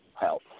health